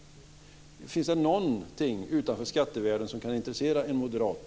Finns det någonting utanför skattevärlden som kan intressera en moderat?